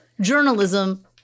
journalism